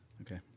Okay